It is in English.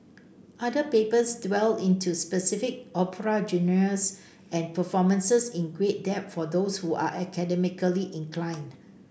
other papers dwell into specific opera genres and performances in great depth for those who are academically inclined